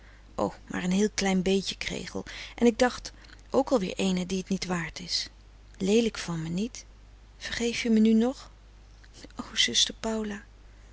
maar een heel klein beetje kregel en ik dacht ook al weer eene die t niet waard is leelijk van me niet vergeef je me nu nog o zuster